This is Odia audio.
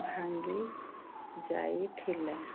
ଭାଙ୍ଗି ଯାଇଥିଲା